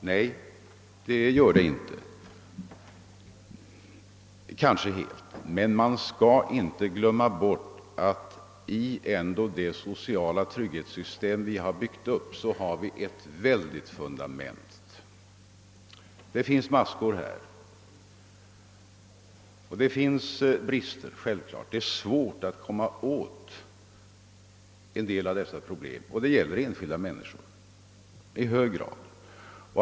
Nej, det gör de kanske inte helt, men man skall inte glömma bort att i det sociala trygghetssystem vi har byggt upp har vi ändå ett väldigt fundament. Det finns naturligtvis brister; det är svårt att komma åt en del av dessa problem, och de gäller i hög grad enskilda människor.